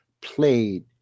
played